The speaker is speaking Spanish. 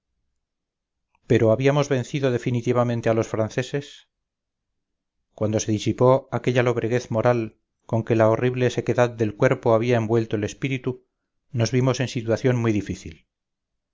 pero habíamos vencido definitivamente a los franceses cuando se disipó aquella lobreguez moral con que la horrible sequedad del cuerpo había envuelto el espíritu nos vimos en situación muy difícil